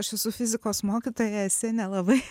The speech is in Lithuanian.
aš esu fizikos mokytoja esė nelabai